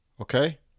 Okay